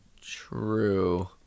True